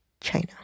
China